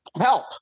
help